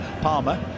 Palmer